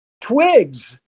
twigs